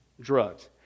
Drugs